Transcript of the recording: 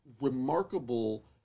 remarkable